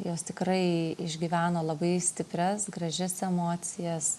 jos tikrai išgyveno labai stiprias gražias emocijas